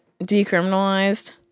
decriminalized